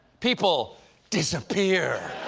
people disappear.